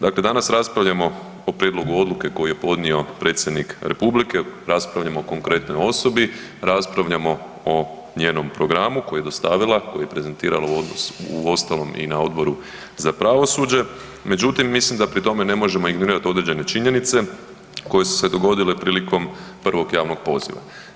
Dakle, danas raspravljamo o prijedlogu odluke koju je podnio predsjednik Republike, raspravljamo o konkretnoj osobi, raspravljamo o njenom programu koji je dostavila, koji je prezentiran uostalom i na Odboru za pravosuđe, međutim mislim da pri tome ne možemo ignorirati određene činjenice koje su se dogodile prilikom prvog javnog poziva.